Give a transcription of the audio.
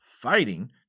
fighting